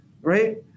right